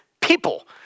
people